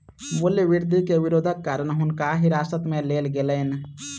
मूल्य वृद्धि के विरोधक कारण हुनका हिरासत में लेल गेलैन